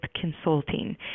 consulting